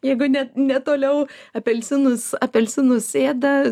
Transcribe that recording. jeigu ne netoliau apelsinus apelsinus ėda